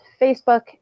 Facebook